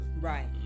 right